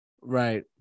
Right